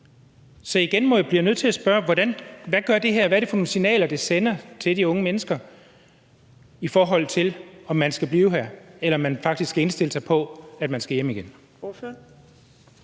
Så igen bliver jeg nødt til at spørge: Hvad gør det her? Hvad er det for nogle signaler, det sender til de unge mennesker, i forhold til om man skal blive her, eller man faktisk skal indstille sig på, at man skal hjem igen?